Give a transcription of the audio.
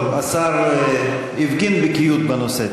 טוב, השר הפגין בקיאות בנושא.